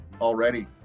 already